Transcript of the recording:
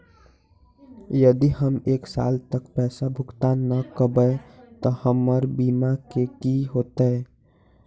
यदि हम एक साल तक पैसा भुगतान न कवै त हमर बीमा के की होतै?